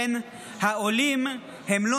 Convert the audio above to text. כן, העולים הם לא